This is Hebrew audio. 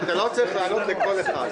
אתה לא צריך לענות לכל אחד.